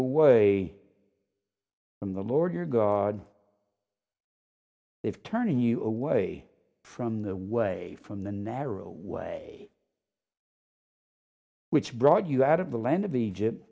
say from the lord your god if turning you away from the way from the narrow way which brought you out of the land of egypt